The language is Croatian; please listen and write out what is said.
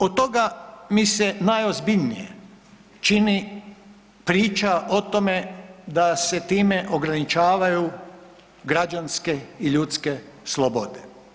Od toga mi se najozbiljnije čini priča o tome da se time ograničavaju građanske i ljudske slobode.